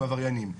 עבריינים.